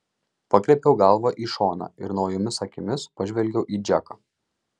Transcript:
pakreipiau galvą į šoną ir naujomis akimis pažvelgiau į džeką